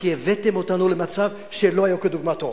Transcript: כי הבאתם אותנו למצב שלא היה כדוגמתו: